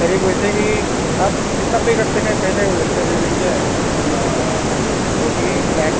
قریب ویسے ہی آپ جتنا پے کر سکیں پہلے ویسے دے دیں گے کم سے کم فورٹین لیکس